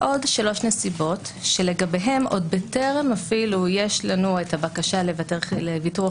עוד שלוש נסיבות שלגביהן עוד בטרם יש לנו את הבקשה לוויתור על